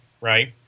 right